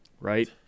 right